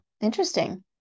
Interesting